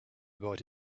about